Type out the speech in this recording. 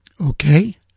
okay